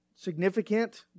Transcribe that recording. significant